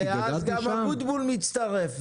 ואז גם אבוטבול מצטרף.